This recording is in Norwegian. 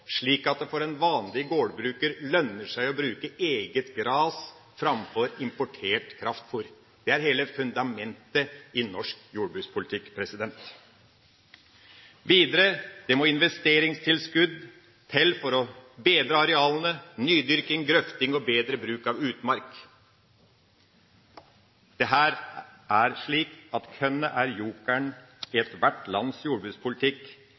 slik at det for en vanlig gårdbruker lønner seg å bruke eget gras framfor importert kraftfôr. Det er hele fundamentet i norsk jordbrukspolitikk. Videre må det investeringstilskudd til for å bedre arealene gjennom nydyrking, grøfting og bedre bruk av utmark. Det er slik at kornet er jokeren i ethvert lands jordbrukspolitikk.